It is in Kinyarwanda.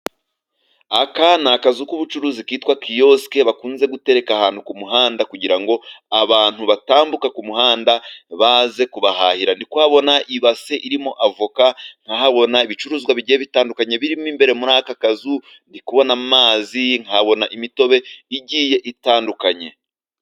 Aka ni akazu k'ubucuruzi kitwa kiyosike bakunze gutereka ahantu ku muhanda, kugira ngo abantu batambuka ku muhanda baze kubahahira, niko abona ibase irimo avoka nkahabona ibicuruzwa bigenda bitandukanye , birimo imbere muri aka kazu ndi kubona amazi nkabona imitobe igiye itandukanye.